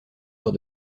lors